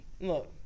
Look